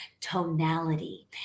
tonality